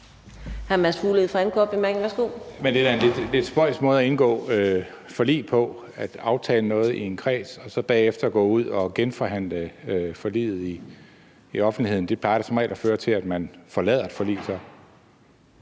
det er da en lidt spøjs måde at indgå forlig på, altså at aftale noget i en kreds og så bagefter gå ud og genforhandle forliget i offentligheden. Det plejer da som regel at føre til, at man forlader et forlig.